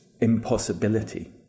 impossibility